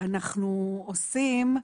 אנחנו עושים,